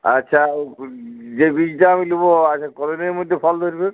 আচ্ছা যে বীজটা আমি নেবো আচ্ছা কতো দিনের মধ্যে ফল ধরবে